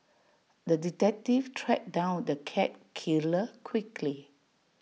the detective tracked down the cat killer quickly